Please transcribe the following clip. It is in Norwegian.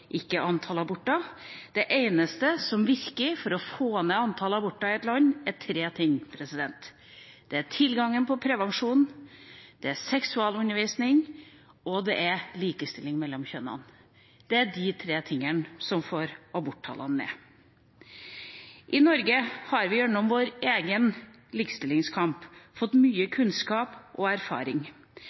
antall aborter. Det eneste som virker for å få ned antallet aborter i et land, er tre ting: Det er tilgangen på prevensjon, det er seksualundervisning, og det er likestilling mellom kjønnene. Det er de tre tingene som får aborttallene ned. I Norge har vi gjennom vår egen likestillingskamp fått mye kunnskap og erfaring.